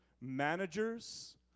Managers